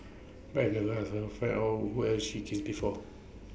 but I've never asked her find out who else she's kissed before